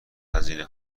هزینه